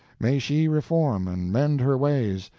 may she reform and mend her ways,